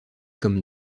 comme